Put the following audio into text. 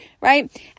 right